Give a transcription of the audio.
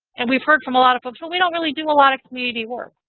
and we've heard from a lot of folks, but we don't really do a lot of community work.